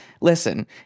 listen